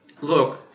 Look